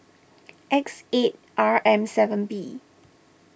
X eight R M seven B